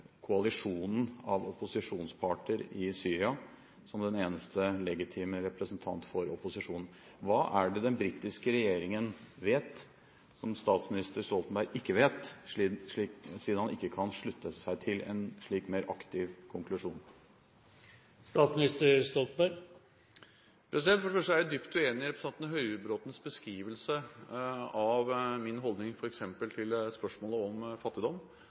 koalisjonen av opposisjonsparter i Syria som den eneste legitime representant for opposisjonen. Hva er det den britiske regjeringen vet, som statsminister Stoltenberg ikke vet, siden han ikke kan slutte seg til en slik mer aktiv konklusjon? For det første er jeg dypt uenig i representanten Høybråtens beskrivelse av min holdning til f.eks. spørsmålet om fattigdom.